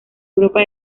europa